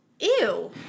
Ew